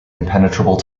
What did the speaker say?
impenetrable